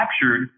captured